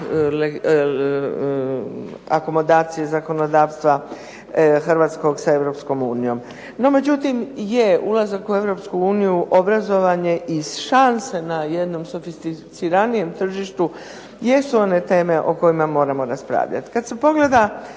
akomodacije zakonodavstva hrvatskog sa Europskom unijom. No međutim je, ulazak u Europsku uniju, obrazovanje i šanse na jednom sofisticiranijem tržištu jesu one teme o kojima moramo raspravljati. Kad se pogleda,